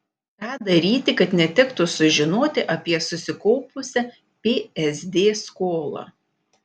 ką daryti kad netektų sužinoti apie susikaupusią psd skolą